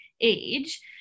age